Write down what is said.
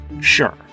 sure